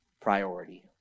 priority